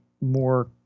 more